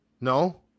no